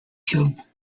killed